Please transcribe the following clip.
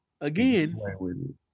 again